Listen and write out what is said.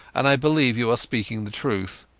and i believe you are speaking the truth.